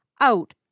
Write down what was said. out